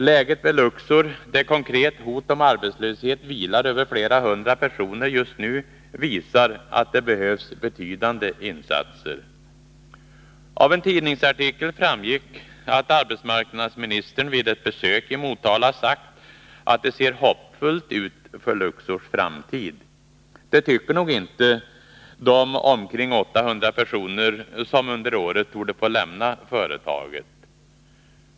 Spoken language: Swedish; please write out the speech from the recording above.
Läget vid Luxor, där konkret hot om arbetslöshet vilar över flera hundra personer just nu, visar att det behövs betydande insatser. Av en tidningsartikel framgick att arbetsmarknadsministern vid ett besök i Motala sagt att det ser hoppfullt ut för Luxors framtid. Det tycker nog inte de omkring 800 personer som under året torde få lämna företaget.